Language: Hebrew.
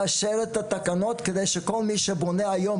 צריך לאשר את התקנות כדי שכל מי שבונה היום